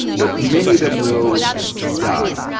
but many of them will die.